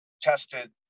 tested